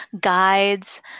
guides